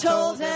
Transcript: Told